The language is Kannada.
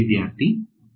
ವಿದ್ಯಾರ್ಥಿ 1